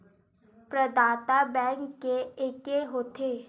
प्रदाता बैंक के एके होथे?